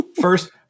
First